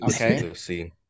Okay